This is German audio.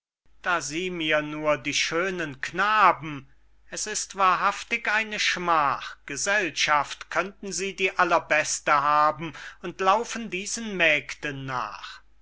da sieh mir nur die schönen knaben es ist wahrhaftig eine schmach gesellschaft könnten sie die allerbeste haben und laufen diesen mägden nach